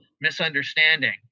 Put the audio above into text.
misunderstanding